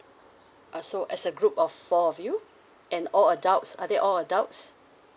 uh so as a group of four of you and all adults are they all adults